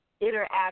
interact